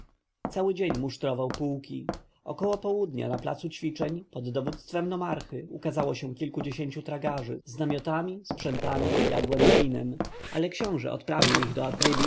cały dzień musztrował pułki około południa na placu ćwiczeń pod dowództwem nomarchy ukazało się kilkudziesięciu tragarzy z namiotami sprzętami jadłem i winem ale książę odprawił ich do atribis a